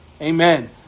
Amen